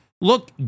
look